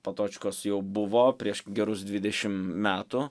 patočkos jau buvo prieš gerus dvidešim metų